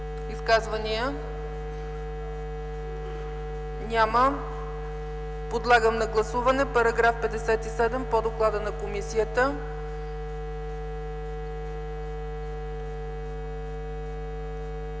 Изказвания? Няма. Подлагам на гласуване § 117 по доклада на комисията.